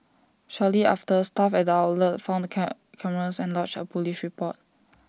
shortly after staff at the outlet found the can cameras and lodged A Police report